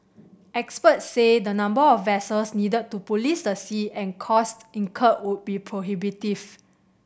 experts say the number of vessels needed to police the sea and cost incurred would be prohibitive